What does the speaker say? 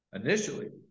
initially